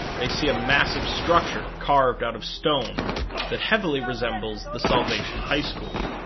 they see a massive structure carved out of stone that heavily resembles the salvation high school.